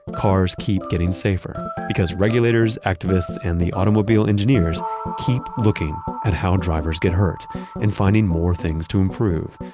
cars keep getting safer because regulators, activists, and the automobile engineers keep looking at how drivers get hurt and finding more things to improve.